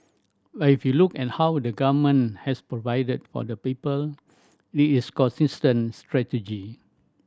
but if you look at how the Government has provided for the people it is consistent strategy